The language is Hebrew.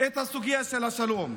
את הסוגיה של השלום.